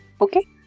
okay